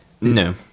No